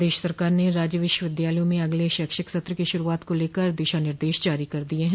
प्रदेश सरकार ने राज्य विश्वविद्यालयों में अगले शैक्षिक सत्र की शुरुआत को लेकर दिशानिर्देश जारी कर दिये हैं